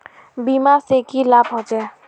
बीमा से की लाभ होचे?